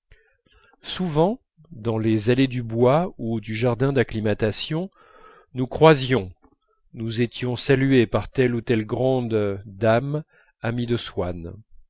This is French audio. souvent dans les allées du bois ou du jardin d'acclimatation nous croisions nous étions salués par telle ou telle grande dame amie des swann